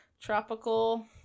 tropical